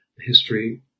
history